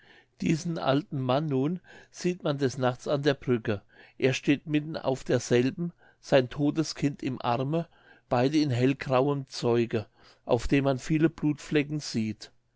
diesen alten mann nun sieht man des nachts an der brücke er steht mitten auf derselben sein todtes kind im arme beide in hellgrauem zeuge auf dem man viele blutflecken sieht